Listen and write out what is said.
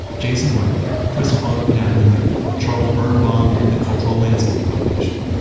jason wrightman, chris funk and adam leigh. charles birnbaum and the cultural landscape foundation,